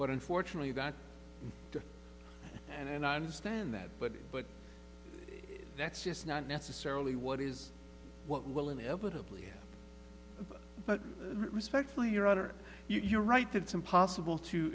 but unfortunately that and i understand that but but that's just not necessarily what is what will inevitably but respectfully your other you're right that it's impossible to